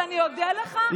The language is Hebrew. אז אני אודה לך,